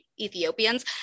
Ethiopians